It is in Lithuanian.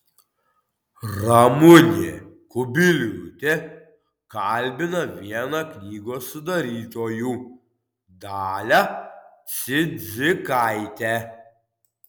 ramunė kubiliūtė kalbina vieną knygos sudarytojų dalią cidzikaitę